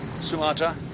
Sumatra